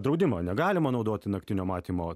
draudimą negalima naudoti naktinio matymo